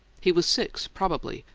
he was six, probably,